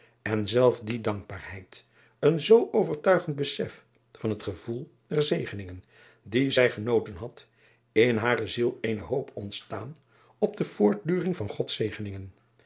en zelf die dankbaarheid een zoo overtuigend befef van het gevoel der zegeningen die zij genoten had in hare ziel eene hoop ontstaan op de voortduring van ods zegeningen